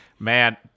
Man